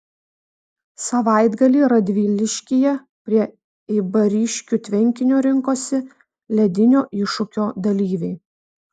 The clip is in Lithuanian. savaitgalį radviliškyje prie eibariškių tvenkinio rinkosi ledinio iššūkio dalyviai